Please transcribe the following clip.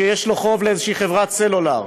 שיש לו חוב לאיזושהי חברת סלולר,